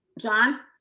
john.